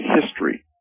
history